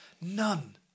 none